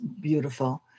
beautiful